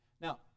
Now